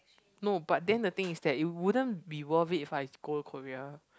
no but then the thing is that it wouldn't be worth it if I go Korea